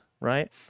right